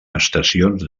estacions